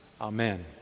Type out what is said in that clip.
Amen